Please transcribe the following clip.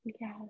yes